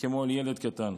כמו אל ילד קטן.